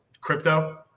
crypto